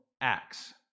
Acts